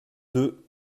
deux